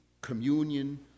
communion